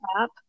app